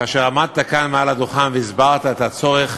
כאשר עמדת כאן על הדוכן והסברת את הצורך